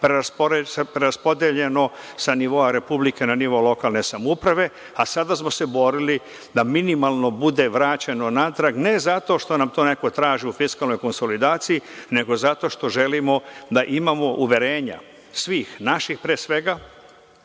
preraspodeljeno sa nivoa Republike na nivo lokalne samouprave, a sada smo se borili da minimalno bude vraćeno natrag, ne zato što nam to neko traži u fiskalnoj konsolidaciji, nego zato što želimo da imamo uverenja svih, naših pre svega,